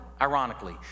ironically